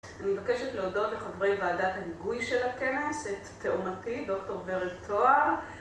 אני מבקשת להודות לחברי ועדת ההיגוי של הכנס, את תאומתי, דוקטור ורד טוהר